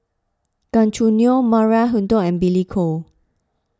Gan Choo Neo Maria Hertogh and Billy Koh